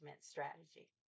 strategy